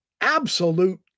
absolute